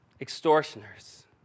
extortioners